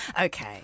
Okay